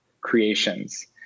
creations